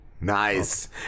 Nice